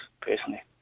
personally